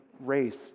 race